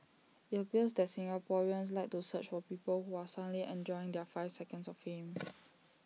IT appears that Singaporeans like to search for people who are suddenly enjoying their five seconds of fame